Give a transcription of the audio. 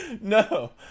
No